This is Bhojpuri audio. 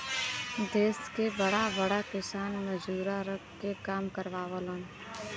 देस के बड़ा बड़ा किसान मजूरा रख के काम करावेलन